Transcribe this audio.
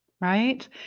Right